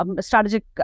strategic